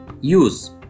use